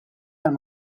għal